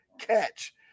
catch